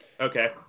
Okay